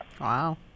Wow